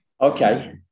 Okay